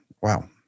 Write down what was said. Wow